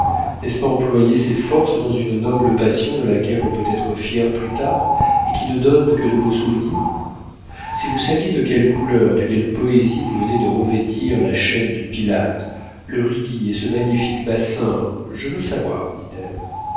n'est-ce pas employer ses forces dans une noble passion de laquelle on peut être fier plus tard et qui ne donne que de beaux souvenirs si vous saviez de quelles couleurs de quelle poésie vous venez de revêtir la chaîne du pilate le rhigi et ce magnifique bassin je veux le savoir dit-elle